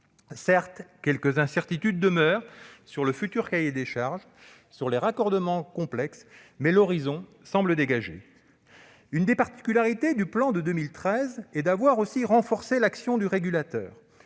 Certes, quelques incertitudes demeurent sur le futur cahier des charges, sur les raccordements complexes, mais l'horizon semble dégagé. Une des particularités du plan de 2013 est d'avoir renforcé l'action du régulateur.